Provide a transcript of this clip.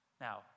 Now